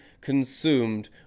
consumed